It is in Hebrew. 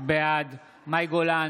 בעד מאי גולן,